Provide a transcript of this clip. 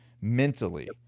mentally